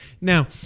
Now